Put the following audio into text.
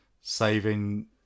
saving